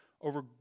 over